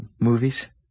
movies